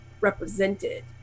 represented